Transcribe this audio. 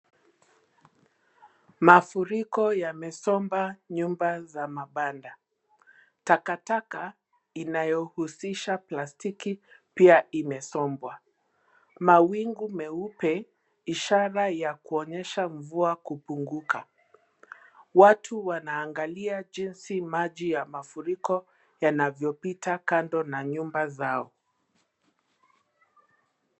Mafuriko yamesomba nyumba za mabanda. Takataka inayohusisha plastiki pia imesombwa. Mawingu meupe ishara ya kuonyesha mvua kupunguka. Watu wanaangalia jinsi maji ya mafuriko yanavyopita kando na nyumba zao.